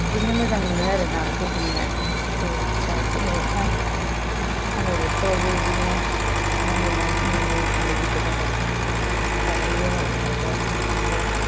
बिदिनो मोजां मोनो आरो नाखौ हमनो दै दाथ' नै अखा हानाय बोथोरावबो बिदिनो दा नै ना मोनो उन्दै गिदिर जाबा सारहैयो मालाय सारग्रा सारनोसै